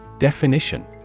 Definition